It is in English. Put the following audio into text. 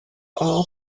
all